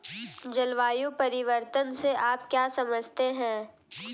जलवायु परिवर्तन से आप क्या समझते हैं?